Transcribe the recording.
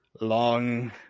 long